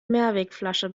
mehrwegflasche